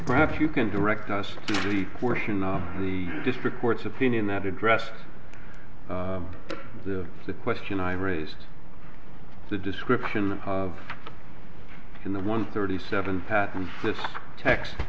perhaps you can direct us to the portion of the district court's opinion that addresses the question i raised the description of in the one thirty seven pattern t